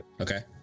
Okay